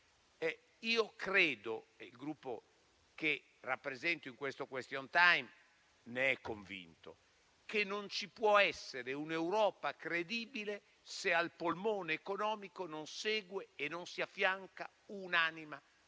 Credo - e il Gruppo che rappresento in questo *question time* ne è convinto - che non ci può essere un'Europa credibile se al polmone economico non segue e non si affianca un'anima,